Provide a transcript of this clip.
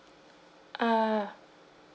ah